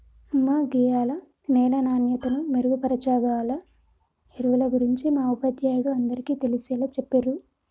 అమ్మ గీయాల నేల నాణ్యతను మెరుగుపరచాగల ఎరువుల గురించి మా ఉపాధ్యాయుడు అందరికీ తెలిసేలా చెప్పిర్రు